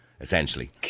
Essentially